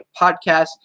podcast